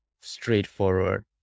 straightforward